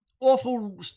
awful